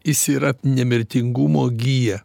jis yra nemirtingumo gija